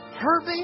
Herbie